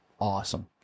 awesome